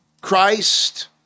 Christ